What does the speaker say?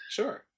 sure